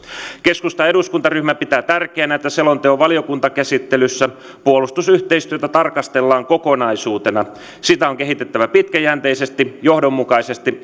keskustan eduskuntaryhmä pitää tärkeänä että selonteon valiokuntakäsittelyssä puolustusyhteistyötä tarkastellaan kokonaisuutena sitä on kehitettävä pitkäjänteisesti johdonmukaisesti